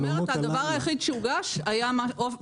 אני אומרת שהדבר היחיד שהוגש היה בלי